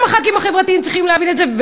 גם הח"כים החברתיים צריכים להבין את זה,